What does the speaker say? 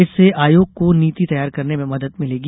इससे आयोग को नीति तैयार करने में मदद मिलेगी